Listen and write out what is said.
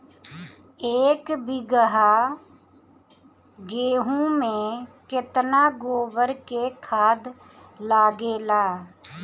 एक बीगहा गेहूं में केतना गोबर के खाद लागेला?